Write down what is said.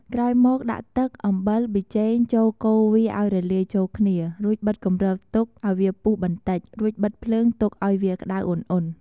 ក្រោយមកដាក់ទឹក អំបិល ប៊ីចេងចូលកូរវាឱ្យរលាយចូលគ្នា រួចបិទគម្របទុកឱ្យវាពុះបន្តិច រួចបិទភ្លើងទុកឱ្យវាក្តៅអ៊ុនៗ។